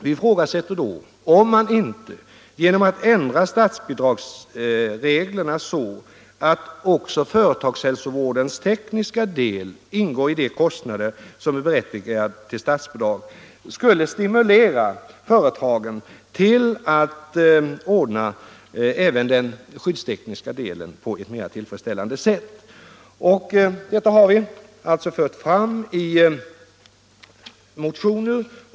Vi ifrågasätter då om man inte genom att ändra statsbidragsbestämmelserna, så att också företagshälsovårdens tekniska del ingår i de kostnader som berättigar till statsbidrag, skulle stimulera företagen till att ordna även den skyddstekniska delen på ett mera tillfredsställande sätt. Detta har vi alltså fört fram i motionen.